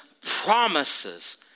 promises